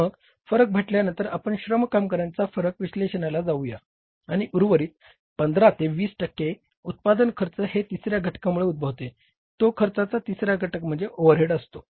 मग फरक भेटल्यानंतर आपण श्रम कामगारांच्या फरक विश्लेषणाला जाऊया आणि उर्वरित 15 ते 20 टक्के उत्पादन खर्च हे तिसऱ्या घटकामुळे उद्भवते तो खर्चाचा तिसरा घटक म्हणजे ओव्हरहेड असतो